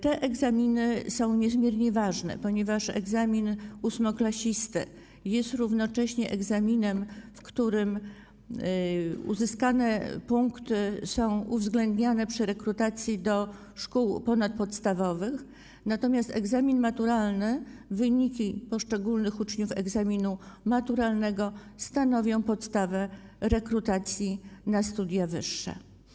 Te egzaminy są niezmiernie ważne, ponieważ egzamin ósmoklasisty jest równocześnie egzaminem, w którym uzyskane punkty są uwzględniane przy rekrutacji do szkół ponadpodstawowych, natomiast wyniki poszczególnych uczniów egzaminu maturalnego stanowią podstawę rekrutacji na studia wyższe.